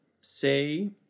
say